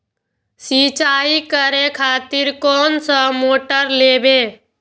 सीचाई करें खातिर कोन सा मोटर लेबे?